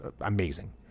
amazing